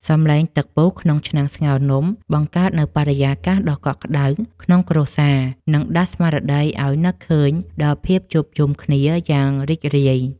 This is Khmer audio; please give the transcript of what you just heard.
សម្លេងទឹកពុះក្នុងឆ្នាំងស្ងោរនំបង្កើតនូវបរិយាកាសដ៏កក់ក្តៅក្នុងគ្រួសារ និង ដាស់ស្មារតីឱ្យនឹកឃើញដល់ភាពជួបជុំគ្នាយ៉ាងរីករាយ។